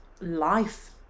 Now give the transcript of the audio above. life